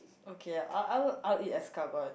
okay I I'll I'll eat escargot